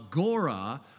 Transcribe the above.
agora